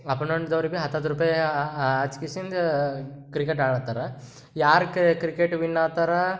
ಅಪಾನೆಂಟ್ದವ್ರು ಭಿ ಹತ್ತತ್ತು ರೂಪಾಯಿ ಹಚ್ ಕೇಸಿಂದ ಕ್ರಿಕೆಟ್ ಆಡ್ಲತ್ತಾರ ಯಾರು ಕ್ರಿಕೆಟ್ ವಿನ್ ಆತಾರೆ